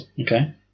Okay